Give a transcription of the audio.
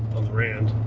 on the rand.